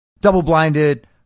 double-blinded